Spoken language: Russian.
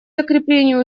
закреплению